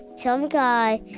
some guy,